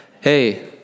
Hey